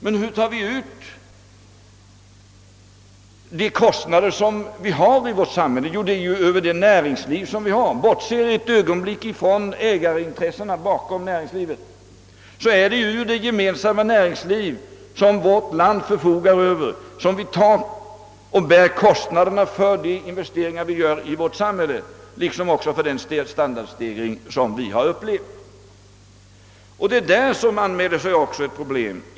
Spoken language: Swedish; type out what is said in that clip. Men hur tar vi ut de kostnader vi har i vårt samhälle? Det är ju över vårt näringsliv. Bortser vi ett ögonblick från ägarin tressena bakom näringslivet, så är det ur det gemensamma näringsliv vårt Nr 37 land förfogar över som vi tar kostnaderna för de investeringar vi gör i vårt samhälle liksom för vår standardstegring. Här anmäler sig också ett problem.